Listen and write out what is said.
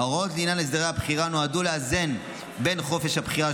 ההוראות לעניין הסדרי הבחירה נועדו לאזן בין חופש הבחירה